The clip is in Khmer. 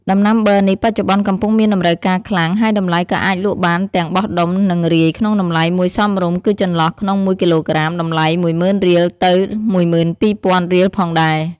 ដំណាំប័រនេះ បច្ចុប្បន្នកំពុងមានតម្រូវការខ្លាំង ហើយតម្លៃក៏អាចលក់បានទាំងបោះដុំ និងរាយក្នុងតម្លៃមួយសមរម្យ គឺចន្លោះក្នុង ១គីឡូក្រាម តម្លៃ ១០,០០០រៀល ទៅ ១២,០០០រៀលផងដែរ។